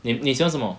你你喜欢什么